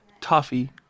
toffee